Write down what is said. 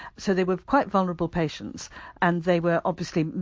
so, they were quite vulnerable patients and they were obviously,